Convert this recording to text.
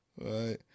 Right